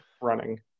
running